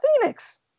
Phoenix